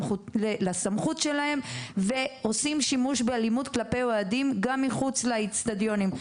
לסמכות שלהם ועושים שימוש באלימות כלפי אוהדים גם מחוץ לאצטדיונים.